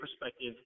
perspective